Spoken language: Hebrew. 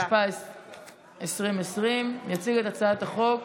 התשפ"א 2020. יציג את הצעת החוק